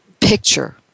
picture